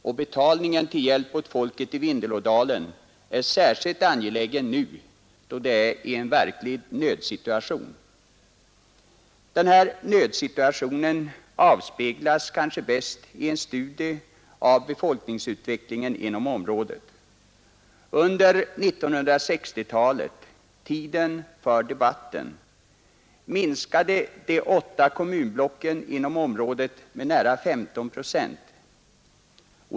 Och betalningen till hjälp åt människorna i Vindelådalen är särskilt angelägen nu, då de är i en verklig nödsituation. Den här nödsituationen avspeglas kanske bäst i en studie av befolkningsutvecklingen inom området. Under 1960-talet, tiden för debatten, minskade de åtta kommunblocken inom området med nära 15 procent.